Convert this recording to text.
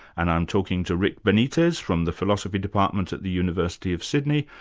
and i'm talking to rick benitez from the philosophy department at the university of sydney,